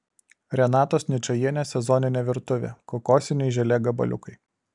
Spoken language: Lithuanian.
renatos ničajienės sezoninė virtuvė kokosiniai želė gabaliukai